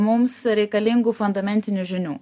mums reikalingų fondamentinių žinių